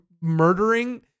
murdering